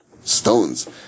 Stones